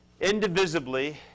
indivisibly